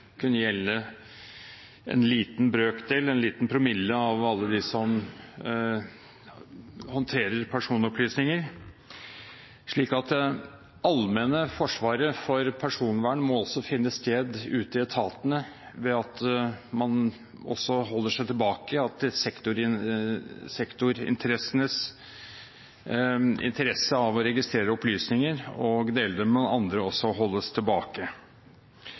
kunne gjelde en liten brøkdel, en liten promille, av alle dem som håndterer personopplysninger, slik at det allmenne forsvaret for personvern også må finne sted ute i etatene ved at sektorenes interesse av å registrere opplysninger og dele dem med andre, holdes tilbake.